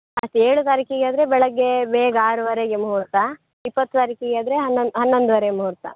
ಮತ್ತು ಏಳು ತಾರೀಕಿಗೆ ಆದರೆ ಬೆಳಗ್ಗೆ ಬೇಗ ಆರುವರೆಗೆ ಮುಹೂರ್ತ ಇಪ್ಪತ್ತು ತಾರೀಕಿಗೆ ಆದರೆ ಹನ್ನೊಂದು ಹನ್ನೊಂದುವರೆಗೆ ಮುಹೂರ್ತ